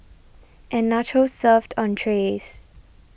and nachos served on trays